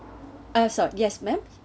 uh sorry yes madam